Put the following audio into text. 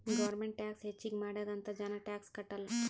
government tax ಹೆಚ್ಚಿಗ್ ಮಾಡ್ಯಾದ್ ಅಂತ್ ಜನ ಟ್ಯಾಕ್ಸ್ ಕಟ್ಟಲ್